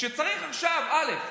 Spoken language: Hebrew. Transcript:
שצריך עכשיו א.